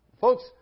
Folks